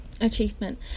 achievement